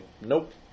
Nope